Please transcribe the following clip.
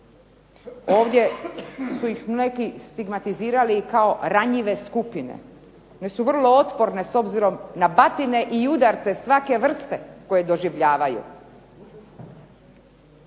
ovdje su ih neki stigmatizirali kao ranjive skupine. One su vrlo otporne s obzirom na batine i udarce svake vrste koje doživljavaju.